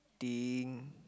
eating